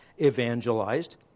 evangelized